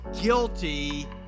guilty